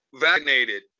vaccinated